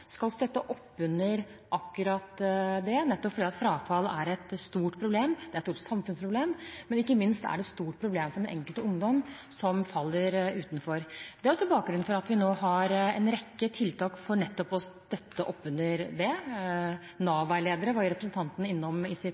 skal støtte opp under akkurat det, nettopp fordi frafallet er et stort problem. Det er et stort samfunnsproblem, ikke minst er det et stort problem for den enkelte ungdom som faller utenfor. Det er også bakgrunnen for at vi nå har en rekke tiltak for nettopp å støtte opp under det – Nav-veiledere var representanten innom i sitt